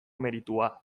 meritua